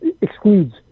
excludes